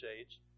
age